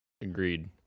Agreed